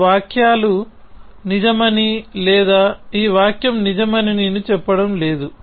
ఈ వాక్యాలు నిజమని లేదా ఈ వాక్యం నిజమని నేను చెప్పడం లేదు